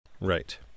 Right